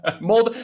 More